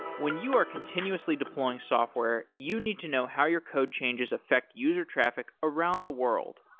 when you are continuously deploying software, you need to know how your code changes affect user traffic around the world.